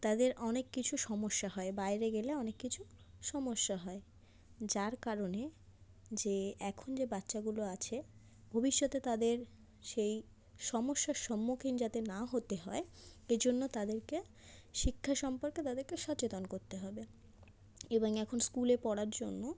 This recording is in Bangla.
তাদের অনেক কিছু সমস্যা হয় বাইরে গেলে অনেক কিছু সমস্যা হয় যার কারণে যে এখন যে বাচ্চাগুলো আছে ভবিষ্যতে তাদের সেই সমস্যার সম্মুখীন যাতে না হতে হয় এজন্য তাদেরকে শিক্ষা সম্পর্কে তাদেরকে সচেতন করতে হবে এবং এখন স্কুলে পড়ার জন্য